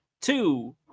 Two